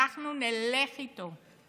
אנחנו נלך איתו.